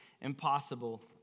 impossible